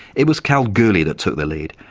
it was kalgoorlie that took the lead,